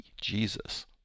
Jesus